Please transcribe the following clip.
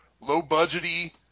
low-budgety